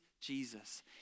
Jesus